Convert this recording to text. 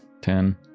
ten